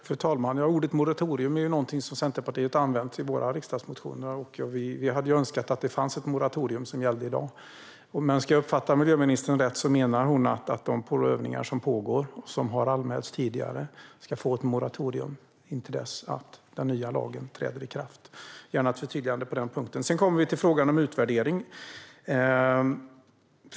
Fru talman! Ordet moratorium är någonting som vi i Centerpartiet har använt i våra riksdagsmotioner. Vi hade önskat att det fanns ett moratorium som gällde i dag. Om jag uppfattar miljöministern rätt menar hon att de prövningar som pågår och som har anmälts tidigare ska få ett moratorium intill dess att den nya lagen träder i kraft. Jag vill gärna ha ett förtydligande på den punkten. Sedan kommer vi till frågan om utvärdering.